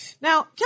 Now